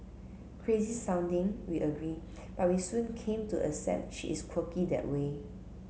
crazy sounding we agree but we soon came to accept she is quirky that way